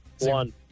One